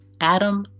Adam